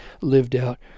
lived-out